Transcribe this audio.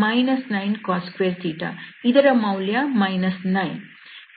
9sin2 9cos2 ಇದರ ಮೌಲ್ಯ 9